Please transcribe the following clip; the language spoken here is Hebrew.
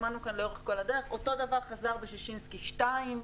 שמענו פה לאורך כל הדרך שמענו גם בששינסקי 2,